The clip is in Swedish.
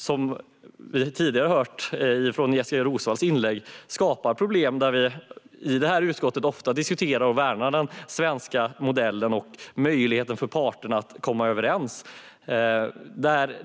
Som vi hörde tidigare i Jessika Roswalls inlägg skapas problem, och i det här utskottet diskuterar vi ofta och värnar den svenska modellen och möjligheten för parterna att komma överens.